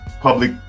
public